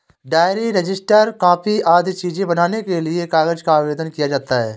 diary, register, copy आदि चीजें बनाने के लिए कागज का आवेदन किया जाता है